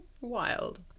wild